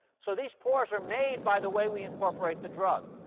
so these pores are made by the way we incorporate the drug.